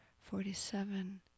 forty-seven